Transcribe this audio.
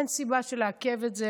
אין סיבה לעכב את זה,